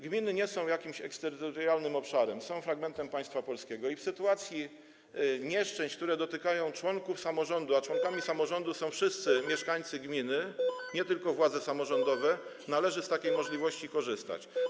Gminy nie są jakimś eksterytorialnym obszarem, są fragmentem państwa polskiego i w sytuacji nieszczęść, które dotykają członków samorządu, a członkami samorządu są wszyscy mieszkańcy gminy, nie tylko władze samorządowe, należy z takiej możliwości korzystać.